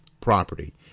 property